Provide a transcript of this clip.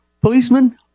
policemen